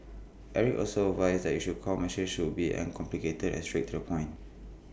Eric also advised that your core message should be uncomplicated and straight to the point